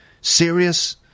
Serious